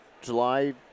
July